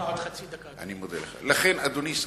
לכן יש לך עוד חצי דקה.